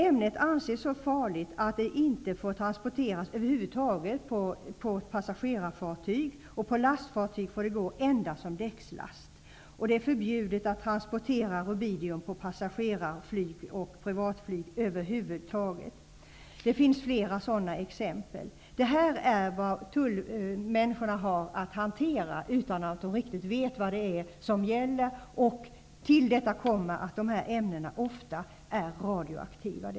Ämnet anses så farligt, att det inte får transporteras över huvud taget på passagerarfartyg, och på lastfartyg får det gå endast som däckslast. Det är förbjudet att transportera rubidium på passagerarflyg och privatflyg över huvud taget. Det finns flera sådana ämnen. Det här är vad tullpersonalen har att hantera utan att riktigt veta vad som gäller. Till detta kommer att dessa ämnen ofta är radioaktiva.